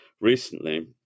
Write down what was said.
recently